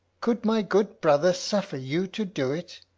could my good brother suffer you to do it?